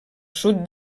sud